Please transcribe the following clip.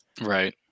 right